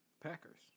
Packers